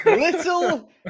Little